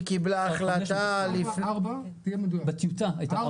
היא קיבלה החלטה --- בטיוטה הייתה